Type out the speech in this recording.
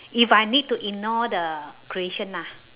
if I need to ignore the creation ah